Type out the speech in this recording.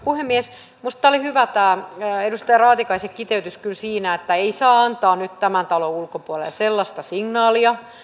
puhemies minusta tämä edustaja raatikaisen kiteytys oli hyvä kyllä siinä että ei saa antaa nyt tämän talon ulkopuolelle sellaista signaalia